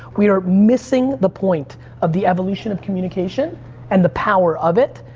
we are missing the point of the evolution of communication and the power of it.